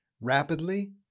rapidly